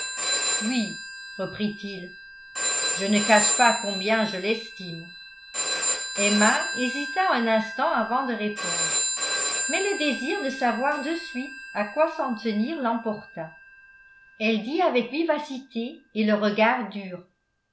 oui reprit-il je ne cache pas combien je l'estime emma hésita un instant avant de répondre mais le désir de savoir de suite à quoi s'en tenir l'emporta elle dit avec vivacité et le regard dur